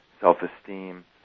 self-esteem